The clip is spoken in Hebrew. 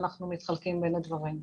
ואנחנו מתחלקים בדברים.